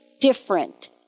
different